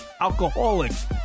alcoholics